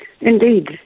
Indeed